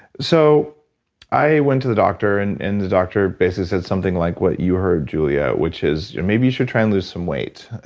so i went to the doctor and and the doctor basically said something like what you heard, julia, which is, maybe you should try and lose some weight.